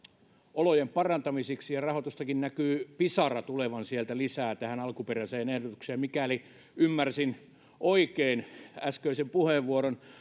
olojen parantamiseksi ja rahoitustakin näkyy pisara tulevan lisää tähän alkuperäiseen ehdotukseen nähden mikäli ymmärsin oikein äskeisen puheenvuoron